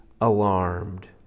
alarmed